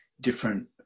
different